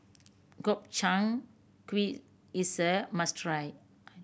Gobchang Gui is a must try